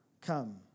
Come